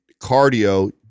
cardio